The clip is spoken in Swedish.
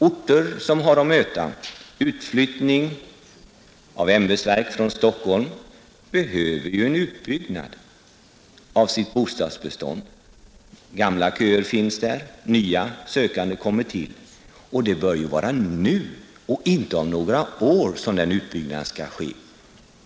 Orter som har att möta utflyttning av ämbetsverk från Stockholm behöver ju en utbyggnad av sitt bostadsbestånd. Gamla köer finns där, nya sökande kommer till, och det bör ju vara nu och inte om några år som den utbyggnaden skall ske.